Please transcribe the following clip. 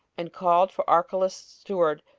and called for archelaus's steward,